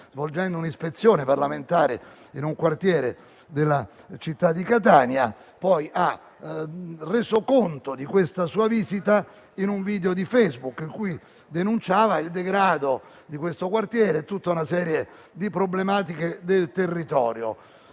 svolgendo un'ispezione parlamentare in un quartiere della città di Catania, ha reso conto di questa sua visita in un video di Facebook in cui denunciava il degrado del quartiere e tutta una serie di problematiche del territorio,